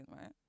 right